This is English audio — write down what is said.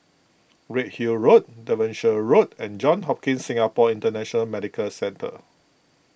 Redhill Road Devonshire Road and Johns Hopkins Singapore International Medical Centre